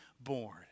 born